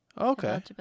okay